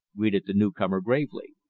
greeted the newcomer gravely.